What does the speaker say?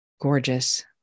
gorgeous